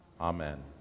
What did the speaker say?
Amen